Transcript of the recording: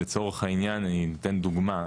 לצורך העניין אני אתן דוגמה,